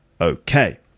Okay